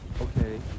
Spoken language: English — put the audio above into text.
okay